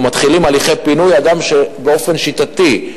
או מתחילים הליכי פינוי אצל אדם שהוא באופן שיטתי,